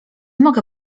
moge